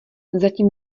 zatím